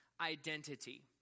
identity